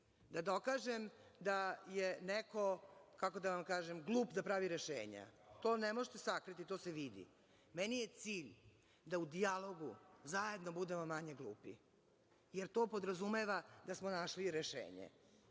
da dokažem da je neko glup da pravi rešenja. To ne možete sakriti. To se vidi. Meni je cilj da u dijalogu zajedno budemo manje glupi, jer to podrazumeva da smo našli rešenje,